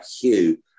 Hugh